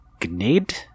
gnid